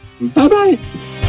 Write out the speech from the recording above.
Bye-bye